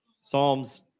Psalms